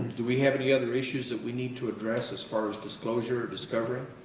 do we have any other issues that we need to address as far as disclosure or discovery?